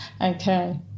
okay